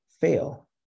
fail